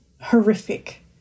horrific